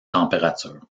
température